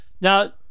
Now